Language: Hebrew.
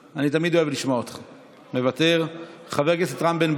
אנחנו עוברים להצבעה שמית על הסתייגות מס' 27. נא להתחיל,